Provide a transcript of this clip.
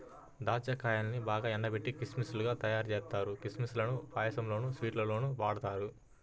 దాచ్చా కాయల్నే బాగా ఎండబెట్టి కిస్మిస్ లుగా తయ్యారుజేత్తారు, కిస్మిస్ లను పాయసంలోనూ, స్వీట్స్ లోనూ వాడతారు